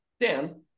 Dan